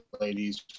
ladies